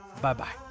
Bye-bye